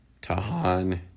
Tahan